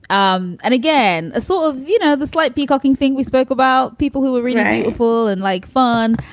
um and again, sort of, you know, the slight peacocking thing we spoke about people who were really awful and like fun.